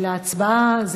להצבעה.